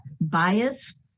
bias